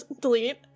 delete